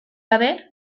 gabe